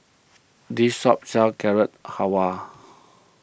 this shop sells Carrot Halwa